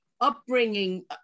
upbringing